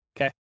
Okay